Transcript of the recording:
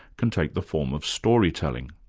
can take the form of storytelling.